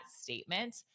statement